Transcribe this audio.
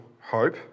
hope